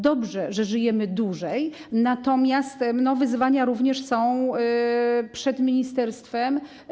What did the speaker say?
Dobrze, że żyjemy dłużej, natomiast wyzwania są również przed ministerstwem.